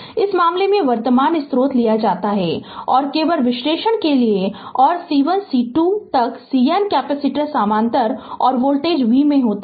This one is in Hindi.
इस मामले में वर्तमान स्रोत लिया जाता है और केवल विश्लेषण के लिए और C1 C2 तक CN कैपेसिटर समानांतर और वोल्टेज v में होते हैं